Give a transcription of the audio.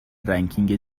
رنکینگ